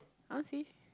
I want see